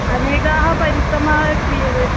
अनेकाः परिश्रमाः क्रियते